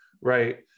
right